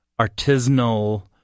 artisanal